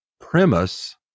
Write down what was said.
premise